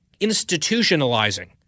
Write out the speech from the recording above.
institutionalizing